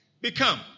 become